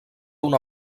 una